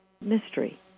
mystery